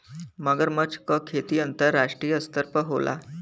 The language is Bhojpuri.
मगरमच्छ क खेती अंतरराष्ट्रीय स्तर पर होला